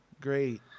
great